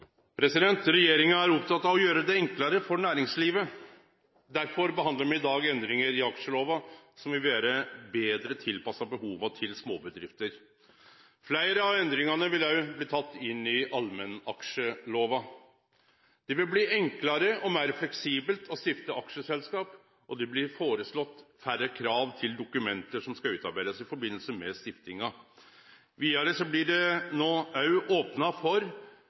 vil vere betre tilpassa behova til småbedrifter. Fleire av endringane vil også bli tekne inn i allmennaksjelova. Det vil bli enklare og meir fleksibelt å stifte aksjeselskap, og det blir føreslege færre krav til dokument som skal utarbeidast i forbindelse med stiftinga. Vidare blir det nå også opna for